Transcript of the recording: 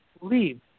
leave